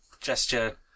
gesture